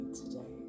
today